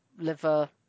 liver